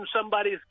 somebody's